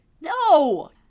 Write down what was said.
No